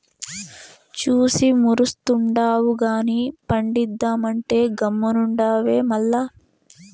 చూసి మురుస్తుండావు గానీ పండిద్దామంటే గమ్మునుండావే మల్ల